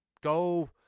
go